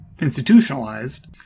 institutionalized